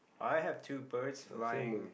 I have two birds flying